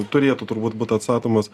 turėtų turbūt būt atstatomos